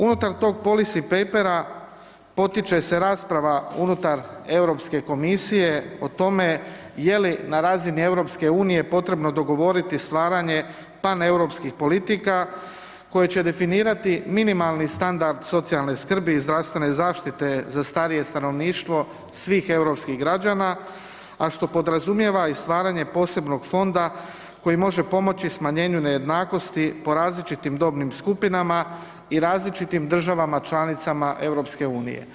Unutar tog Policy Papera potiče se rasprava unutar EU komisije o tome je li na razini EU potrebno dogovoriti stvaranje paneuropskih politika koje će definirati minimalni standard socijalne skrbi i zdravstvene zaštite za starije stanovništvo svih europskih građana, a što podrazumijeva i stvaranje posebnog fonda koji može pomoći smanjenju nejednakosti po različitim dobnim skupinama i različitim državama članicama EU.